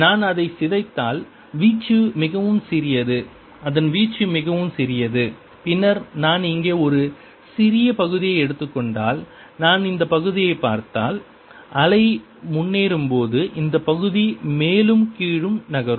நான் அதை சிதைத்தால் வீச்சு மிகவும் சிறியது அதன் வீச்சு மிகவும் சிறியது பின்னர் நான் இங்கே ஒரு சிறிய பகுதியை எடுத்துக் கொண்டால் நான் இந்த பகுதியைப் பார்த்தால் அலை முன்னேறும்போது இந்த பகுதி மேலும் கீழும் நகரும்